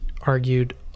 argued